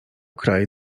kraj